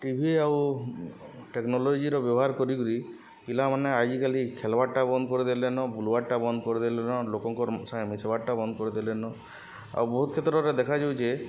TV ଆଉ ଟେକ୍ନୋଲୋଜିର ବ୍ୟବହାର କରିକିରି ପିଲାମାନେ ଆଜିକାଲି ଖେଲ୍ବାରଟା ବନ୍ଦ କରିଦେଲେନ ବୁଲ୍ବାରଟା ବନ୍ଦ କରିଦେଲେନ ଲୋକଙ୍କ ସାଙ୍ଗେ ମିଶ୍ବାରଟା ବନ୍ଦ କରିଦେଲେନ ଆଉ ବହୁତ କ୍ଷେତ୍ରରେ ଦେଖାଯାଉଚେ ଯେ